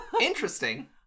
Interesting